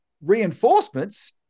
reinforcements